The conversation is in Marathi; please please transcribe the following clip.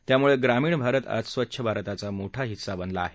त्यामुळे ग्रामीण भारत आज स्वच्छ भारताचा मोठा हिस्सा बनला आहे